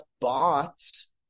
bots